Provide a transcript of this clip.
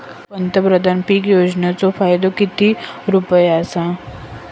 पंतप्रधान पीक योजनेचो फायदो किती रुपये आसा?